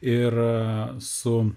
ir a su